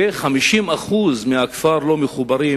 ו-50% מהכפר לא מחוברים